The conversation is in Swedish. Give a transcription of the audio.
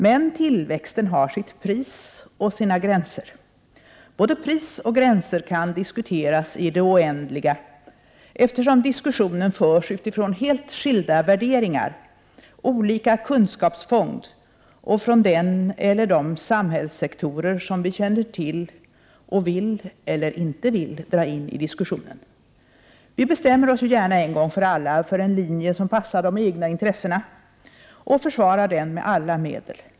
Men tillväxten har sitt pris och sina gränser. Både pris och gränser kan diskuteras i det oändliga, eftersom diskussionen förs utifrån helt skilda värderingar, olika kunskapsfond och från den eller de samhällssektorer som vi känner till och vill — eller inte vill — dra in i diskussionen. Vi bestämmer oss ju gärna en gång för alla för en linje som passar de egna intressena och försvarar den med alla medel.